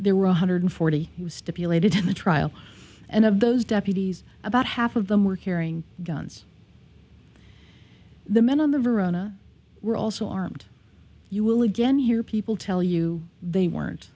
there were one hundred forty was stipulated in the trial and of those deputies about half of them were carrying guns the men on the verona were also armed you will again hear people tell you they weren't